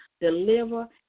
deliver